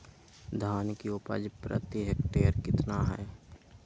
धान की उपज प्रति हेक्टेयर कितना है?